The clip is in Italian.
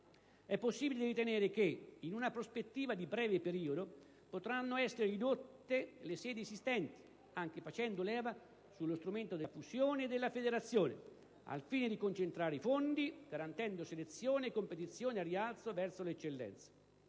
è possibile ritenere che, in una prospettiva di breve periodo, potranno essere ridotte le sedi esistenti, anche facendo leva sullo strumento della fusione o della federazione, al fine di concentrare i fondi, garantendo selezione e competizione al rialzo verso le eccellenze.